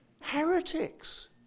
heretics